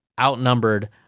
outnumbered